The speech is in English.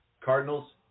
Cardinals